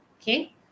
Okay